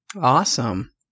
Awesome